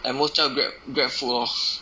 at most 叫 Grab GrabFood lor